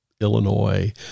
Illinois